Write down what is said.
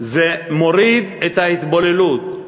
זה מוריד את ההתבוללות.